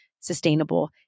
sustainable